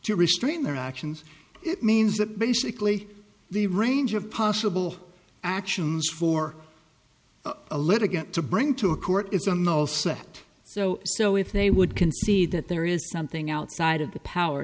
to restrain their actions it means that basically the range of possible actions for a litigant to bring to a court is a no set so so if they would concede that there is something outside of the power